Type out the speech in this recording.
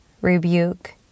rebuke